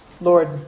Lord